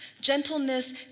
Gentleness